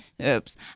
oops